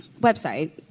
website